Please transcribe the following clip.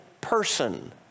person